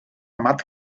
matt